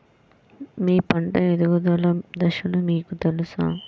మీ పంట ఎదుగుదల దశలు మీకు తెలుసా?